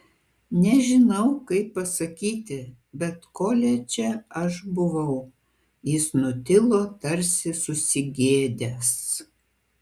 nežinau kaip pasakyti bet koledže aš buvau jis nutilo tarsi susigėdęs